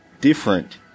different